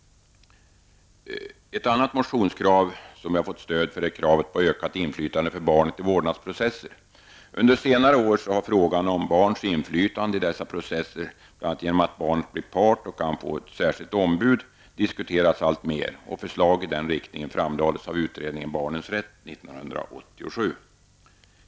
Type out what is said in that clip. Ett annat motionskrav som vi fått stöd för är kravet på ökat inflytande för barnet i vårdnadsprocesser. Under senare år har frågan om barns inflytande i dessa processer, bl.a. genom att barnet blir part och kan få ett särskilt ombud, diskuterats alltmer, och förslag i denna riktning framlades av utredningen om barnets rätt 1987.